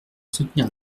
soutenir